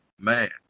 man